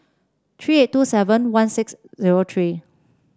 three eight two seven one six zero three